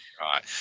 Right